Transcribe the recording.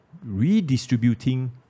redistributing